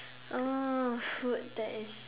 uh food that is